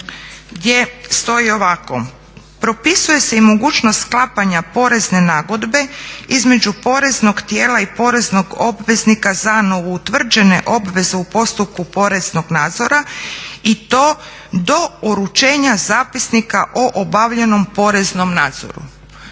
gdje stoji ovako. "Propisuje se i mogućnost sklapanja porezne nagodbe između poreznog tijela i poreznog obveznika za novoutvrđene obveze u postupku poreznog nadzora i to do uručenja zapisnika o obavljenom poreznom nadzoru."